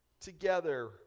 together